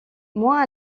moins